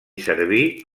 servir